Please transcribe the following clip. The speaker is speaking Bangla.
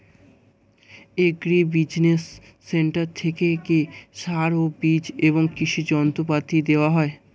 এগ্রি বিজিনেস সেন্টার থেকে কি সার ও বিজ এবং কৃষি যন্ত্র পাতি দেওয়া হয়?